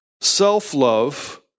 self-love